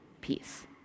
peace